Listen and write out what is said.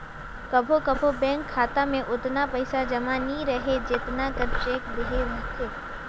कभों कभों बेंक खाता में ओतना पइसा जमा नी रहें जेतना कर चेक देहे रहथे